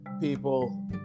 people